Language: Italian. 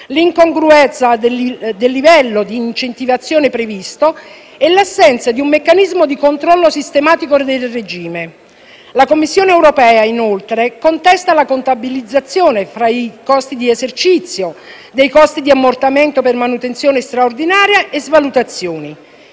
l'incongruenza del livello di incentivazione previsto e l'assenza di un meccanismo di controllo sistematico del regime. La Commissione europea, inoltre, contesta la contabilizzazione, tra i costi di esercizio, dei costi di ammortamento per manutenzione straordinaria e svalutazioni.